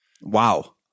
wow